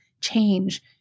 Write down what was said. change